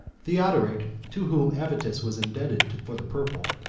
theodoric, to whom avitus was indebted for the purple,